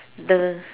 the